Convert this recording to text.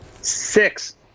Six